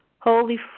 Holy